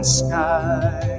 sky